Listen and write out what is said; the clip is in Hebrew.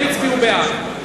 הם הצביעו בעד.